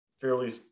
fairly